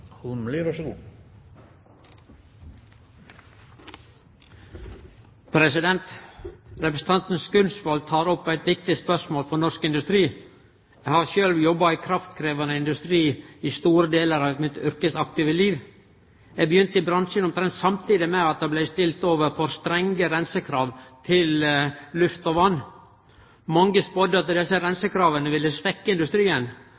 Representanten Skumsvoll tek opp eit viktig spørsmål for norsk industri. Eg har sjølv jobba i kraftkrevjande industri i store delar av mitt yrkesaktive liv. Eg begynte i bransjen omtrent samtidig med at den blei stilt overfor strenge reinsekrav for utslepp til luft og vatn. Mange spådde at desse reinsekrava ville svekkje industrien,